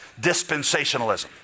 dispensationalism